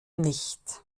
nicht